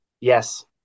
Yes